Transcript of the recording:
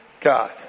God